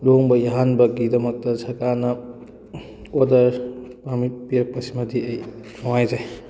ꯂꯨꯍꯣꯡꯕ ꯌꯥꯍꯟꯕꯒꯤꯗꯃꯛꯇ ꯁꯔꯀꯥꯔꯅ ꯑꯣꯔꯗꯔ ꯄꯔꯃꯤꯠ ꯄꯤꯔꯛꯄ ꯁꯤꯃꯗꯤ ꯑꯩ ꯅꯨꯡꯉꯥꯏꯖꯩ